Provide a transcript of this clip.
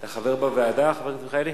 אתה חבר בוועדה, חבר הכנסת מיכאלי?